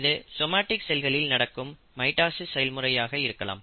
இது சோமடிக் செல்களில் நடக்கும் மைட்டாசிஸ் செயல்முறையாக இருக்கலாம்